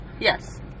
Yes